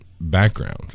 background